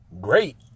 great